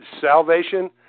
Salvation